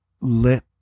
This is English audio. let